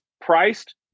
priced